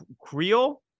Creole